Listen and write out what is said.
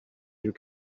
your